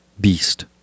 beast